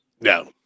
No